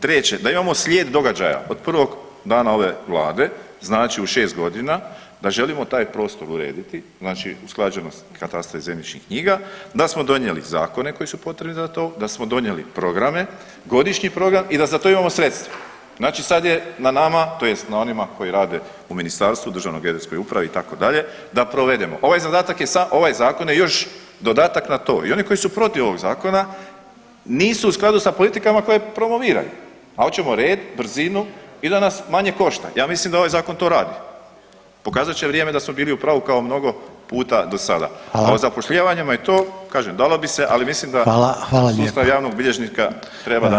Treće, da imamo slijed događaja od prvog dana ove vlade znači u 6.g. da želimo taj prostor urediti znači usklađenost katastra i zemljišnih knjiga, da smo donijeli zakone koji su potrebni za to, da smo donijeli programe, godišnji program i da za to imamo sredstva, znači sad je na nama tj. na onima koji rade u ministarstvu, državno geodetskoj upravi itd. da provedemo to, ovaj zadatak je samo, ovaj zakon je još dodatak na to i oni koji su protiv ovog zakona nisu u skladu s politikama koje promoviraju, a oćemo red, brzinu i da nas manje košta, ja mislim da ovaj zakon to radi, pokazat će vrijeme da smo bili u pravu kao mnogo puta do sada, a o zapošljivanjima i to kažem dalo bi se, ali mislim da sustav javnog bilježnika treba danas